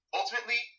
ultimately